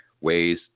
ways